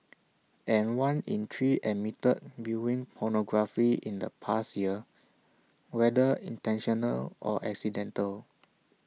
and one in three admitted viewing pornography in the past year whether intentional or accidental